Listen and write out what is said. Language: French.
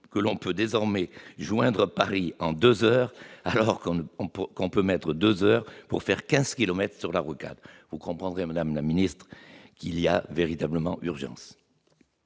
que l'on peut désormais rejoindre Paris en deux heures, alors que l'on peut mettre deux heures pour faire quinze kilomètres sur la rocade. Vous comprendrez, madame la secrétaire d'État, qu'il y a véritablement urgence.